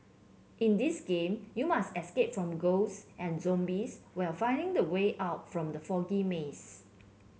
in this game you must escape from ghosts and zombies while finding the way out from the foggy maze